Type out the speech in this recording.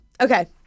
Okay